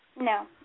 No